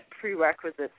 prerequisites